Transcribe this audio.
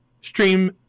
stream